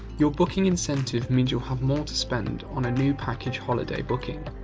your booking incentive means you'll have more to spend on a new package holiday booking.